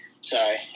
Sorry